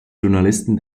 journalisten